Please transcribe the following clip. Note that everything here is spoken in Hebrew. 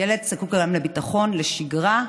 ילד זקוק גם לביטחון, לשגרה,